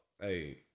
hey